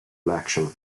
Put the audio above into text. election